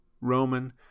Roman